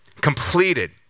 completed